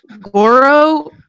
Goro